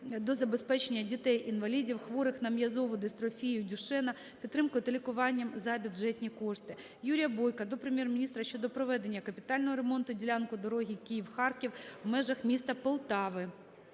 до забезпечення дітей-інвалідів, хворих на м'язову дистрофію Дюшена, підтримкою та лікуванням за бюджетні кошти. Юрія Бойка до Прем'єр-міністра щодо проведення капітального ремонту ділянки дороги Київ - Харків в межах міста Полтави.